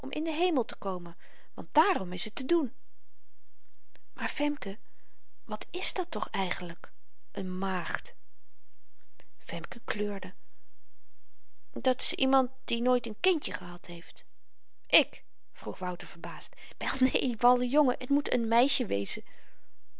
in den hemel te komen want daarom is t te doen maar femke wat is dat toch eigenlyk een maagd femke kleurde dat is iemand die nooit een kindje gehad heeft ik vroeg wouter verbaasd wel neen malle jongen t moet een meisje wezen